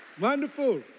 Wonderful